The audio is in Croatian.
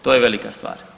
To je velika stvar.